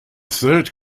third